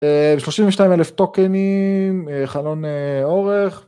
32,000 טוקנים, חלון אורך.